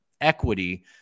equity